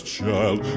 child